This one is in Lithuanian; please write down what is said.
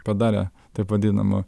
padarė taip vadinamą